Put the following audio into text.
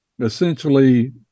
essentially